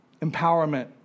Empowerment